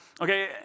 Okay